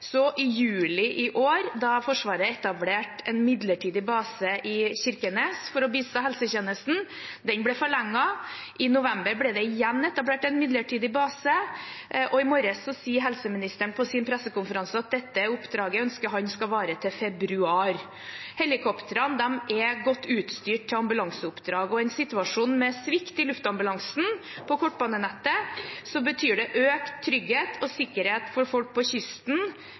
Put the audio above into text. I juli i år etablerte Forsvaret en midlertidig base i Kirkenes for å bistå helsetjenesten. Den ble forlenget. I november ble det igjen etablert en midlertidig base, og i morges sa helseministeren på sin pressekonferanse at dette oppdraget ønsker han skal vare til februar. Helikoptrene er godt utstyrt for ambulanseoppdrag, og i en situasjon med svikt i luftambulansen på kortbanenettet betyr det økt trygghet og sikkerhet for folk langs kysten,